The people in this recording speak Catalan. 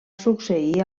succeir